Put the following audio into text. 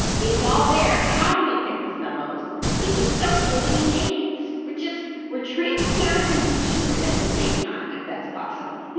it's all there, how we pick the fellows, we just don't give any names, we're just, we're transparent and secret at the same time, if that's possible.